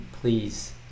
please